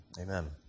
Amen